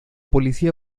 policía